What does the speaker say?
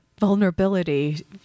Vulnerability